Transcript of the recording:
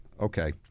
Okay